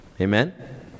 Amen